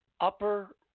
upper